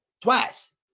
twice